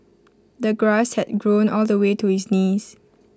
the grass had grown all the way to his knees